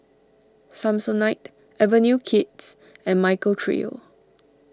Samsonite Avenue Kids and Michael Trio